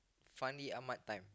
Fandi-Ahmad time